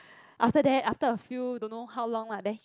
after that after a few don't know how long lah then he